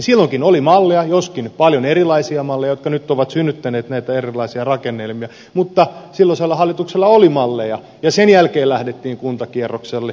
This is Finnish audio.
silloinkin oli malleja joskin paljon erilaisia malleja jotka nyt ovat synnyttäneet näitä erilaisia rakennelmia silloisella hallituksella oli malleja ja sen jälkeen lähdettiin kuntakierrokselle